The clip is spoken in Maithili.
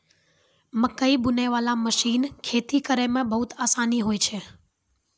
मकैइ बुनै बाला मशीन खेती करै मे बहुत आसानी होय छै